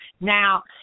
Now